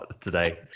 today